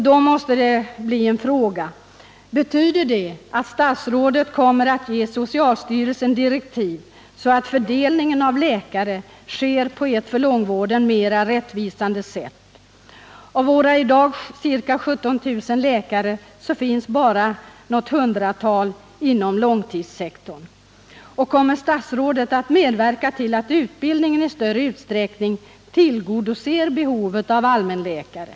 Då måste jag ställa frågan: Betyder det att statsrådet kommer att ge socialstyrelsen direktiv, så att fördelningen av läkare sker på ett för långtidsvården mer rättvisande sätt? Av våra i dag ca 17 000 läkare finns bara några hundratal inom långtidssektorn. Kommer statsrådet att medverka till att utbildningen i större utsträckning tillgodoser behovet av allmänläkare?